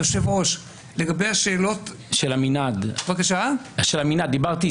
לעשות את תורתי מנומרת,